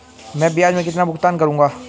मैं ब्याज में कितना भुगतान करूंगा?